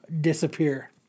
disappear